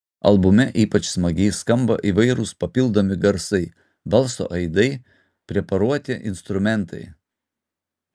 albume ypač smagiai skamba įvairūs papildomi garsai balso aidai preparuoti instrumentai